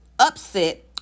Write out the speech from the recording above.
upset